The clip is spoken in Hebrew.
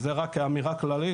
אז זאת רק אמירה כללית,